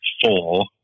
four